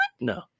No